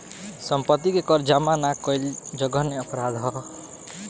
सम्पत्ति के कर जामा ना कईल जघन्य अपराध ह